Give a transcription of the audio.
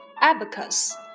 Abacus